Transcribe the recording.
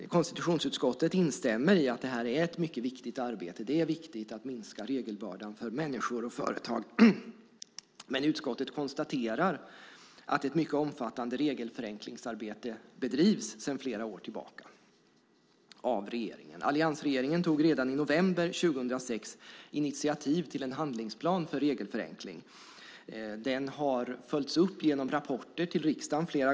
Konstitutionsutskottet instämmer i att det här är ett mycket viktigt arbete. Det är viktigt att minska regelbördan för människor och företag, men utskottet konstaterar att ett mycket omfattande regelförenklingsarbete sedan flera år tillbaka bedrivs av regeringen. Redan i november 2006 tog alliansregeringen initiativ till en handlingsplan för regelförenkling. Den har flera gånger följts upp genom rapporter till riksdagen.